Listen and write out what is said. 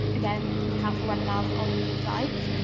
again, look out for webinars on these sites.